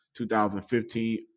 2015